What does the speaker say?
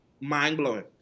mind-blowing